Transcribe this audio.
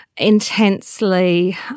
intensely